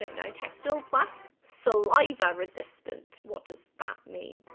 ah know. textil plus? saliva resistant, what does that mean?